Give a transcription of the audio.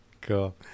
Cool